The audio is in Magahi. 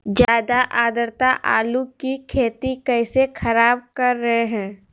ज्यादा आद्रता आलू की खेती कैसे खराब कर रहे हैं?